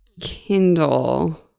Kindle